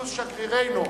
פלוס שגרירנו,